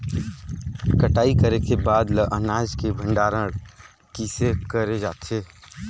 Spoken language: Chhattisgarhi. कटाई करे के बाद ल अनाज के भंडारण किसे करे जाथे?